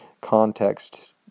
context